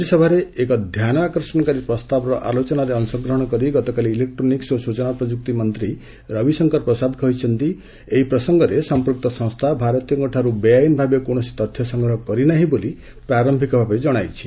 ରାଜ୍ୟସଭାରେ ଏକ ଧ୍ୟାନ ଆକର୍ଷଣକାରୀ ପ୍ରସ୍ତାବରେ ଆଲୋଚନାରେ ଅଂଶଗ୍ରହଣ କରି ଗତକାଲି ଇଲେକ୍ରୋନିକ୍କ ଓ ସୂଚନା ପ୍ରଯୁକ୍ତି ମନ୍ତ୍ରୀ ରବିଶଙ୍କର ପ୍ରସାଦ କହିଛନ୍ତି ଏହି ପ୍ରସଙ୍ଗରେ ସମ୍ପୃକ୍ତ ସଂସ୍ଥା ଭାରତୀୟଙ୍କଠାରୁ ବେଆଇନ୍ ଭାବେ କୌଣସି ତଥ୍ୟ ସଂଗ୍ରହ କରିନାହିଁ ବୋଲି ପ୍ରାରମ୍ଭିକ ଭାବେ ଜଣାଇଛି